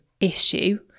issue